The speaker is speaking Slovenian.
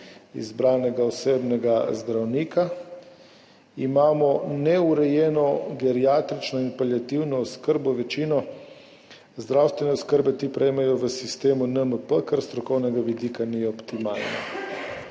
izbranega osebnega zdravnika, imamo neurejeno geriatrično in paliativno oskrbo, večino zdravstvene oskrbe ti prejmejo v sistemu NMP, kar s strokovnega vidika ni optimalno.«